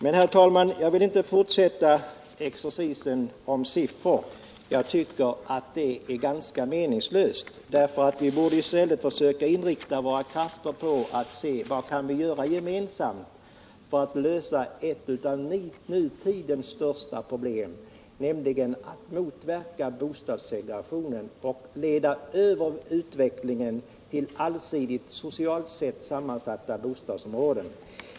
Men jag vill inte fortsätta exercisen med siffror. Jag tycker att det är ganska meningslöst. Vi borde i stället försöka inrikta våra krafter på att se vad vi gemensamt kan göra för att lösa ett av nutidens största problem, nämligen bostadssegregationen, och leda över utvecklingen mot socialt sett allsidigt sammansatta bostadsområden.